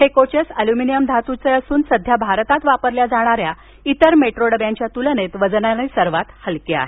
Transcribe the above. हे coaches aluminium धातूच्या असून सध्या भारतात वापरल्या जाणाऱ्या इतर मेट्रो डब्यांच्या तुलनेत वजनाने सर्वात हलके आहेत